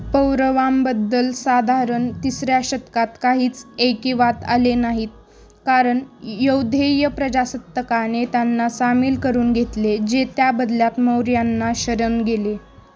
पौरवांबद्दल साधारण तिसऱ्या शतकात काहीच ऐकिवात आले नाही कारण यौधेय प्रजासत्तकाने त्यांना सामील करून घेतले जे त्याबदल्यात मौर्यांना शरण गेले